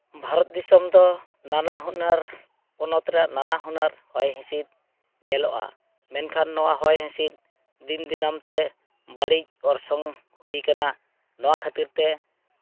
ᱵᱷᱟᱨᱚᱛ ᱫᱤᱥᱚᱢ ᱫᱚ ᱱᱟᱱᱟ ᱦᱩᱱᱟᱹᱨ ᱯᱚᱱᱚᱛ ᱨᱮᱭᱟᱜ ᱱᱟᱱᱟ ᱦᱩᱱᱟᱹᱨ ᱦᱚᱭ ᱦᱤᱸᱥᱤᱫ ᱧᱮᱞᱚᱜᱼᱟ ᱢᱮᱱᱠᱷᱟᱱ ᱱᱚᱣᱟ ᱦᱚᱭ ᱦᱤᱸᱥᱤᱫ ᱫᱤᱱ ᱫᱤᱱᱟᱹᱢ ᱛᱮ ᱵᱟᱹᱲᱤᱡ ᱚᱨᱥᱚᱝ ᱦᱩᱭ ᱠᱟᱱᱟ ᱱᱚᱣᱟ ᱠᱷᱟᱹᱛᱤᱨ ᱛᱮ